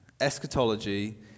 eschatology